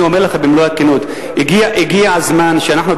אני אומר לך במלוא הכנות: הגיע הזמן שאנחנו,